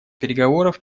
переговоров